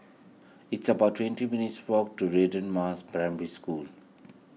it's about twenty minutes' walk to Radin Mas Primary School